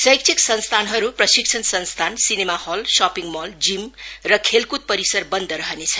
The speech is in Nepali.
शैक्षिक संस्थानहरू प्रशिक्षण संस्थान cinema hall shopping mall gym र खेलख्द परिसर न्द रहनेछ